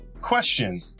question